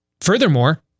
Furthermore